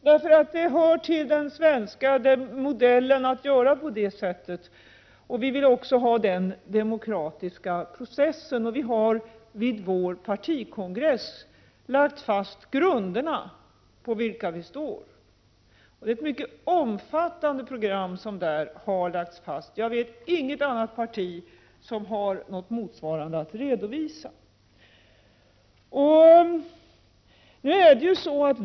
Det hör till den svenska modellen att göra på det sättet, och vi vill ha den demokratiska processen. Vi har vid vår partikongress lagt fast grunderna på vilka vi står. Det är ett mycket omfattande program som där har lagts fast. Jag vet inget annat parti som har något motsvarande att redovisa.